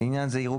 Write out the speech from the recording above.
לעניין זה יראו,